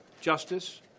justice